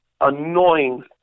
annoying